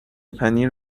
پنیر